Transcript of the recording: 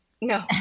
no